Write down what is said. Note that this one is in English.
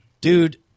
Dude